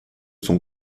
son